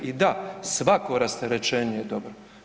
I da, svako rasterećenje je dobro.